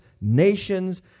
nations